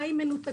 נכון, נכון.